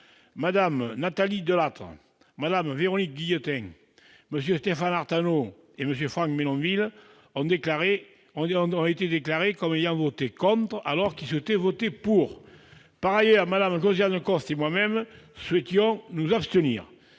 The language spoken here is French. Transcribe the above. Mmes Nathalie Delattre et Véronique Guillotin, MM. Stéphane Artano et Franck Menonville ont été déclarés comme ayant voté contre, alors qu'ils souhaitaient voter pour. Par ailleurs, Mme Josiane Costes et moi-même souhaitions nous abstenir.